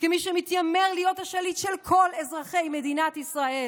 כמי שמתיימר להיות השליט של כל אזרחי מדינת ישראל.